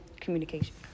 communication